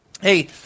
hey